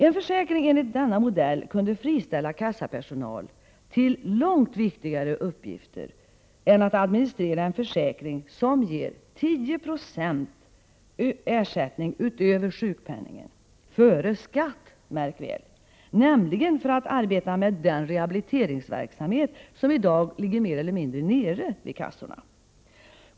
En försäkring enligt denna modell kunde friställa kassapersonal till långt viktigare uppgifter än att administrera en försäkring som ger 10 96 ersättning utöver sjukpenningen, märk väl före skatt, — nämligen för att arbeta med den rehabiliteringsverksamhet, som i dag ligger mer eller mindre nere vid kassorna.